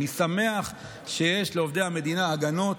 אני שמח שיש לעובדי המדינה הגנות,